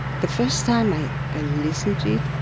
the first time i i listened to it,